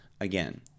Again